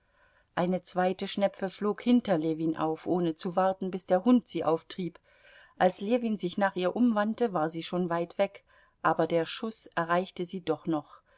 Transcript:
eine zweite schnepfe flog hinter ljewin auf ohne zu warten bis der hund sie auftrieb als ljewin sich nach ihr umwandte war sie schon weit weg aber der schuß erreichte sie doch noch